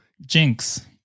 Jinx